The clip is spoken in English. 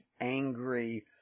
angry